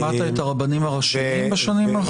שמעת את הרבנים הראשיים בשנים האחרונות?